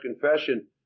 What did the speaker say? confession